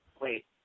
wait